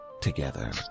together